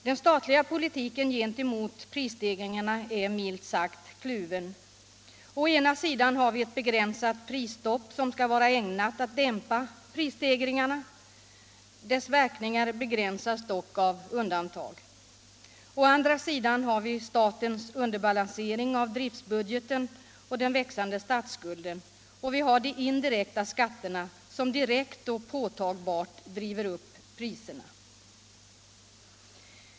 Den statliga politiken gentemot prisstegringarna är minst sagt kluven. Å ena sidan har vi ett begränsat prisstopp som skall vara ägnat att dämpa prisstegringarna. Dess verkningar begränsas dock av undantag. Å andra sidan har vi statens underbalansering av driftbudgeten och den växande statsskulden. Och vi har de indirekta skatterna som direkt och påtagbart driver upp priserna.